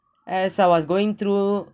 as I was going through